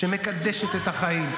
שמקדשת את החיים,